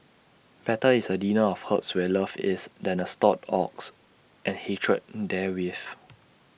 better is A dinner of herbs where love is than A stalled ox and hatred therewith